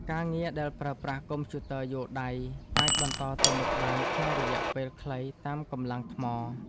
ការងារដែលប្រើប្រាស់កុំព្យូទ័រយួរដៃ អាចបន្តទៅមុខបានក្នុងរយៈពេលខ្លីតាមកម្លាំងថ្ម។